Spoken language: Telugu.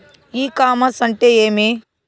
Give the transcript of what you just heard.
ఇ కామర్స్ అంటే ఏమి?